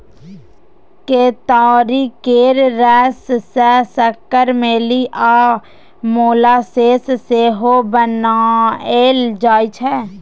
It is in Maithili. केतारी केर रस सँ सक्कर, मेली आ मोलासेस सेहो बनाएल जाइ छै